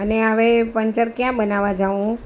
અને હવે પંચર ક્યાં બનાવવા જાઉં હું